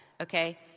okay